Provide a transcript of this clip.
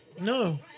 No